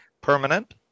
permanent